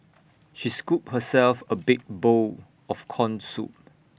she scooped herself A big bowl of Corn Soup